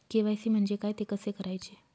KYC म्हणजे काय? ते कसे करायचे?